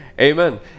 Amen